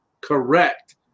correct